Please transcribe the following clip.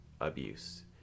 abuse